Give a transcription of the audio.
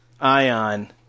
Ion